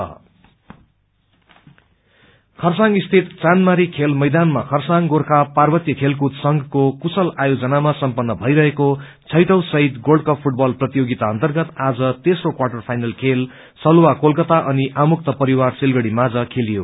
शहीद कप खरसाङ स्थित चाँदमारी खेल मैदानमा खरसाङ गोर्खा पार्वतीय खेलकूद संघको कुशल आयोजनामा सम्पन्न भइरहेको छैटौं शहीद गोल्ड कप फूटबल प्रतियोगिता अन्तर्गत आज तेस्रो क्वार्टर फाइनल खेल सलुवा कोलकता अनि आमुक्त परिवार सिलगढ़ी माझ खेलियो